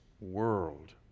world